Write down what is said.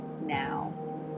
now